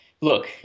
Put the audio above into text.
look